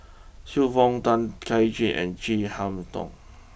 Xiu Fang Tay Kay Chin and Chin Harn Tong